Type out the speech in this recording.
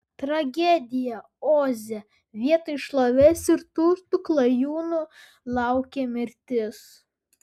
tragedija oze vietoj šlovės ir turtų klajūnų laukė mirtis